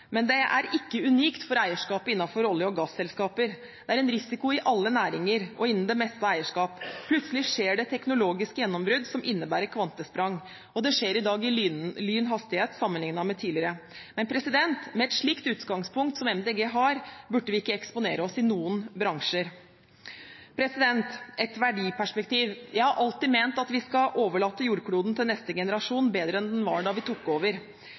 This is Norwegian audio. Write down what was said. Men dette er ikke unikt for eierskapet innenfor olje- og gasselskaper. Det er en risiko i alle næringer og innen det meste av eierskap. Plutselig skjer det teknologiske gjennombrudd som innebærer kvantesprang. Det skjer i dag med lynets hastighet, sammenlignet med tidligere. Men med et slikt utgangspunkt som MDG har, burde vi ikke eksponere oss i noen bransjer. Et verdiperspektiv: Jeg har alltid ment at vi skal overlate jordkloden til neste generasjon i bedre stand enn den var da vi tok over.